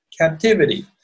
captivity